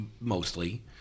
mostly